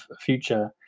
future